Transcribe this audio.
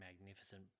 magnificent